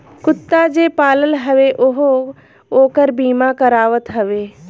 कुत्ता जे पालत हवे उहो ओकर बीमा करावत हवे